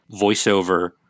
voiceover